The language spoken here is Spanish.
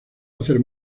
hacer